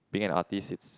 being an artist it's